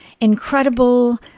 incredible